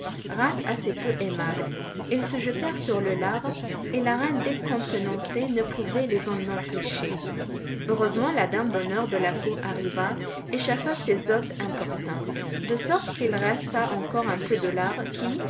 race assez peu aimable ils se jetèrent sur le lard et la reine décontenancée ne pouvait les en empêcher heureusement la dame d'honneur de la cour arriva et chassa ces hôtes importuns de sorte qu'il resta encore un peu de lard qui